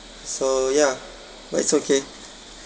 so ya but it's okay